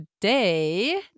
today